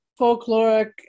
folkloric